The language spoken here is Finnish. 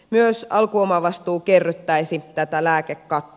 myös alkuomavastuu kerryttäisi tätä lääkekattoa